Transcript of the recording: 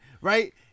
right